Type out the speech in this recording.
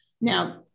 Now